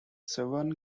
severn